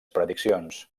prediccions